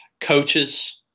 coaches